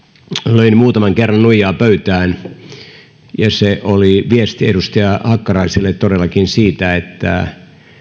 löin muutaman kerran nuijaa pöytään ja se oli viesti edustaja hakkaraiselle todellakin siitä että